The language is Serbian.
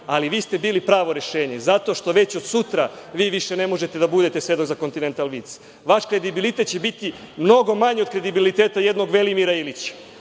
ali vi ste bili pravo rešenje, zato što već od sutra vi više ne možete da budete svedok za „Kontinental vinc“. Vaš kredibilitet će biti mnogo manji od kredibiliteta jednog Velimira Ilića,